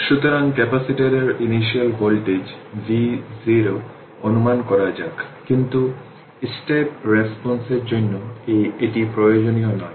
সুতরাং ক্যাপাসিটরের initial voltage v0 অনুমান করা যাক কিন্তু স্টেপ রেসপন্স এর জন্য এটি প্রয়োজনীয় নয়